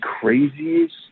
craziest